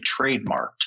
trademarked